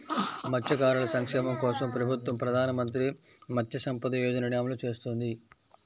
మత్స్యకారుల సంక్షేమం కోసం ప్రభుత్వం ప్రధాన మంత్రి మత్స్య సంపద యోజనని అమలు చేస్తోంది